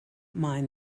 mind